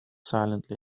silently